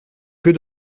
que